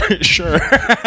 Sure